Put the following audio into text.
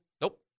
Nope